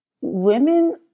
women